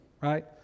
right